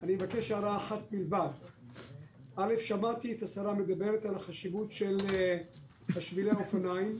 אני מקווה שהעמדה הזאת גם תשפיע על שאר ראשי הממשלה בממשלה